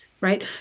right